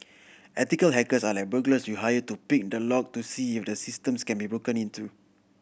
ethical hackers are like burglars you hire to pick the lock to see if the systems can be broken into